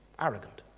arrogant